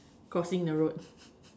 crossing the road